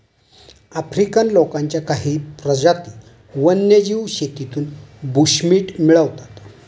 African लोकांच्या काही प्रजाती वन्यजीव शेतीतून बुशमीट मिळवतात